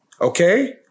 Okay